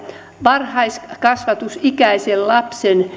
varhaiskasvatusikäisen lapsen